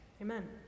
Amen